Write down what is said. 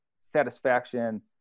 satisfaction